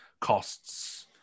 costs